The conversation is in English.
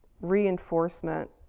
reinforcement